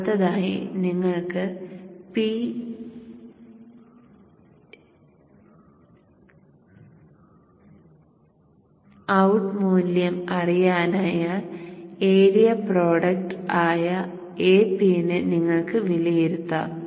അടുത്തതായി നിങ്ങൾക്ക് Po മൂല്യം അറിയാനായാൽ ഏരിയ പ്രോഡക്റ്റ് ആയ Ap നെ നിങ്ങൾക്ക് വിലയിരുത്താം